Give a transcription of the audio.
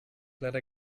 leider